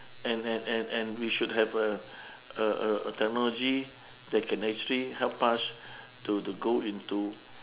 and and and and we should have a a a a technology that can actually help us to to go into